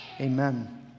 Amen